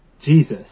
Jesus